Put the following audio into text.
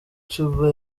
cuba